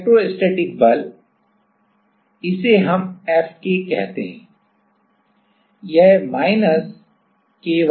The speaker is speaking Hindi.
इलेक्ट्रोस्टैटिक बल इसे हम Fk कहते हैं यह माइनस ky के बराबर है